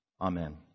Amen